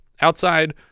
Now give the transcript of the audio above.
Outside